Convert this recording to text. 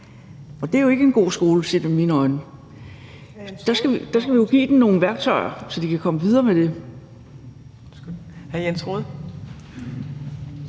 Det er jo ikke en god skole set med mine øjne. Vi skal give dem nogle værktøjer, så de kan komme videre med det.